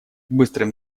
быстрым